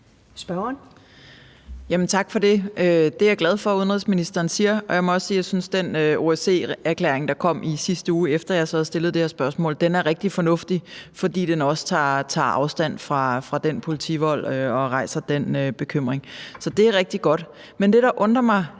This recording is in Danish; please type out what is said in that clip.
Tak for det. Det er jeg glad for at udenrigsministeren siger, og jeg må også sige, at jeg synes, at den OSCE-erklæring, der kom i sidste uge, efter at jeg havde stillet det her spørgsmål, er rigtig fornuftig, fordi den også tager afstand fra den politivold og rejser den bekymring. Så det er rigtig godt. Men det, der undrede mig